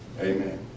Amen